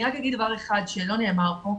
אני רק אגיד דבר אחד שלא נאמר פה,